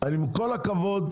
עם כל הכבוד,